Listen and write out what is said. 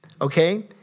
Okay